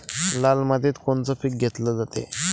लाल मातीत कोनचं पीक घेतलं जाते?